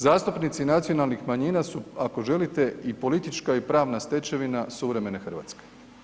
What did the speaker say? Zastupnici nacionalnih manjina su ako želite, i politička i pravna stečevina suvremene Hrvatske.